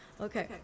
Okay